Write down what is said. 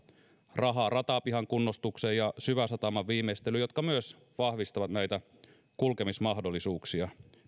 rahaa ratapihan kunnostukseen ja syväsataman viimeistelyyn jotka myös vahvistavat näitä kulkemismahdollisuuksia